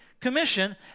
commission